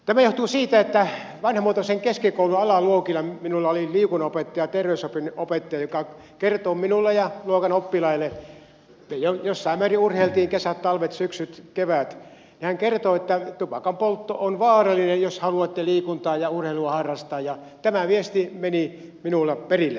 tämä johtuu siitä että vanhamuotoisen keskikoulun alaluokilla minulla oli liikunnanopettaja terveysopin opettaja joka kertoi minulle ja luokan oppilaille jossain määrin urheiltiin kesät talvet syksyt keväät että tupakanpoltto on vaarallista jos haluatte liikuntaa ja urheilua harrastaa ja tämä viesti meni minulle perille